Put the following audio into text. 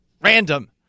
random